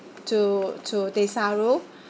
to to desaru